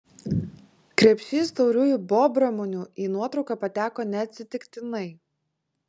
krepšys tauriųjų bobramunių į nuotrauką pateko neatsitiktinai